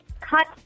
cut